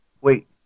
Wait